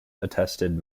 attested